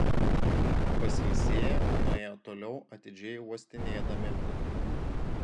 pasilsėję nuėjo toliau atidžiai uostinėdami